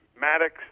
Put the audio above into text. Maddox